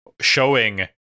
showing